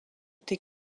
tes